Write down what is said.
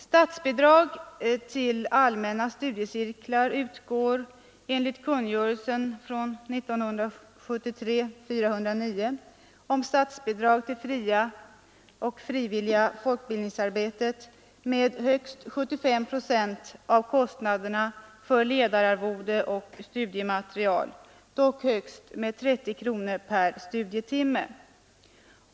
Statsbidrag till allmänna studiecirklar utgår, enligt kungörelse nr 409 år 1973 om statsbidrag till det fria och frivilliga folkbildningsarbetet, med högst 75 procent av kostnaderna för ledararvode och studiematerial, dock högst med 30 kronor per studietimme.